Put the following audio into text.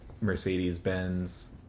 Mercedes-Benz